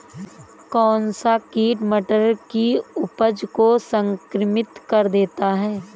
कौन सा कीट मटर की उपज को संक्रमित कर देता है?